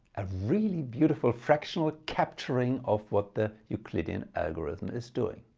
a really beautiful fractional capturing of what the euclidean algorithm is doing.